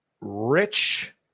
rich